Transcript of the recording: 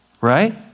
Right